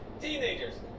Teenagers